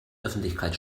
öffentlichkeit